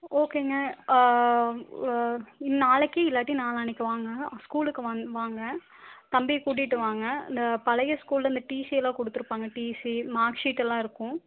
ஓகேங்க ஆ நாளைக்கு இல்லாட்டி நாளான்னைக்கு வாங்க ஸ்கூலுக்கு வாங்க வாங்க தம்பியை கூட்டிட்டு வாங்க அந்த பழைய ஸ்கூலில் அந்த டிசியெல்லாம் கொடுத்துருப்பாங்க டிசி மார்க்ஷீட்டெல்லாம் இருக்கும்